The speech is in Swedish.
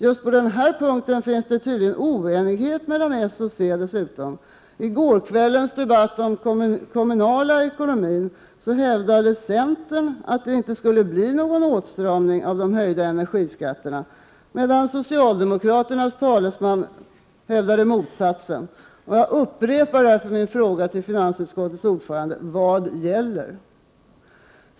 Just på denna punkt finns tydligen oenighet mellan socialdemokraterna och centern. I debatten i går kväll om kommunernas ekonomi hävdade centern att det inte skulle bli någon åtstramning av de höjda energiskatterna, medan socialdemokraternas talesman hävdade motsatsen. Jag upprepar därför min fråga till finansutskottets ordförande: Vad gäller?